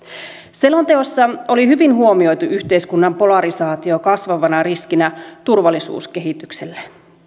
selonteossa oli hyvin huomioitu yhteiskunnan polarisaatio kasvavana riskinä turvallisuuskehitykselle